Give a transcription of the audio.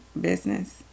business